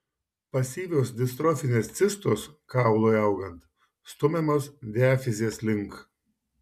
pasyvios distrofinės cistos kaului augant stumiamos diafizės link